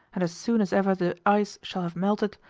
and as soon as ever the ice shall have melted,